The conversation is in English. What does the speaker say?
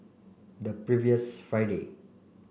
the previous Friday